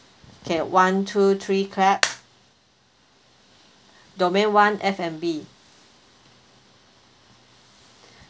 okay one two three clap domain one F&B